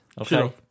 Okay